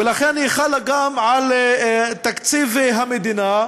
ולכן היא חלה גם על תקציב המדינה,